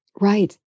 Right